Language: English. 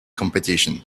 competition